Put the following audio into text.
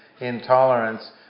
intolerance